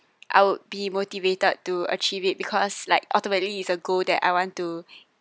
I would be motivated to achieve it because like ultimately is a goal that I want to